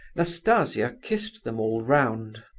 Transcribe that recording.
nastasia kissed them all round.